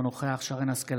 אינו נוכח שרן מרים השכל,